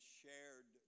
shared